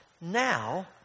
Now